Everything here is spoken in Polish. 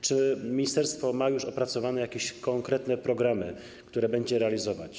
Czy ministerstwo ma już opracowane jakieś konkretne programy, które będą realizowane?